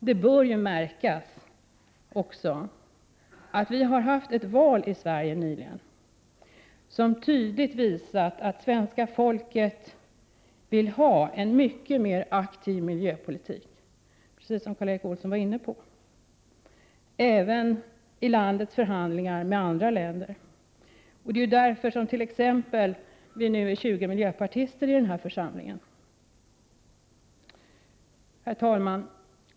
Det bör ju också märkas — som Karl Erik Olsson var inne på — att vi nyligen har haft ett val i Sverige som tydligt visat att svenska folket vill ha en mycket mer aktiv miljöpolitik, även i landets förhandlingar med andra länder. Det är därför som vi nu är 20 miljöpartister i denna församling. Herr talman!